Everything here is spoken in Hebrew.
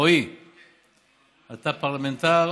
רועי, אתה פרלמנטר